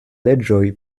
leĝoj